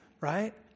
right